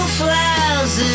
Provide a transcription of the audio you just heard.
flowers